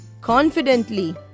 confidently